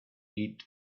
eat